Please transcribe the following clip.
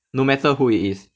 no matter who it is